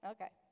Okay